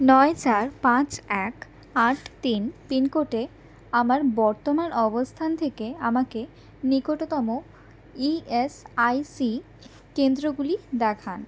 নয় চার পাঁচ এক আট তিন পিনকোডে আমার বর্তমান অবস্থান থেকে আমাকে নিকটতম ইএসআইসি কেন্দ্রগুলি দেখান